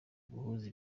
guhuza